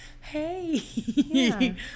hey